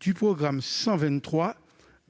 du programme 123,